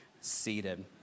seated